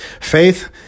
Faith